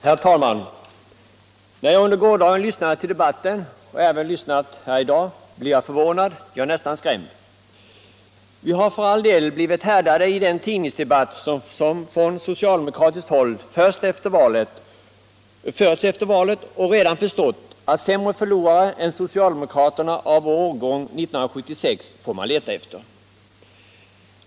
Herr talman! När jag i går och i dag har lyssnat till debatten har jag blivit förvånad, ja, nästan skrämd. Vi har för all del blivit härdade i den tidningsdebatt som från socialdemokratiskt håll har förts efter valet och redan förstått att sämre förlorare än socialdemokraterna av årgång 1976 får man leta efter.